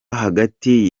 hagati